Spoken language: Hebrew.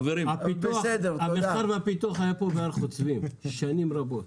המחקר והפיתוח היה פה בהר חוצבים שנים רבות.